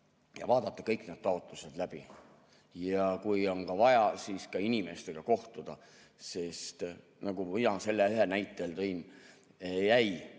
ja vaadata kõik taotlused läbi. Ja kui on vaja, siis ka inimestega kohtuda, sest nagu ma selle näite tõin, jäi